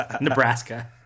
Nebraska